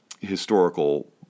historical